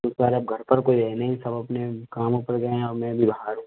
sir अब घर पर कोई है नहीं सब अपने कामों पर गए है और मैं भी बाहर हूँ सर